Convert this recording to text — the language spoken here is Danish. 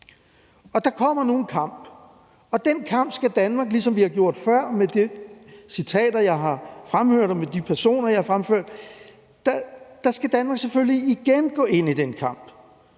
Der kommer nu en kamp, og den kamp skal Danmark, ligesom vi har gjort før – jævnfør de citater, jeg har fremført, og de personer, jeg har nævnt – selvfølgelig igen gå ind i. Det er